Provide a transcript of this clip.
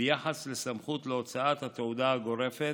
ביחס לסמכות להוצאת התעודה הגורפת,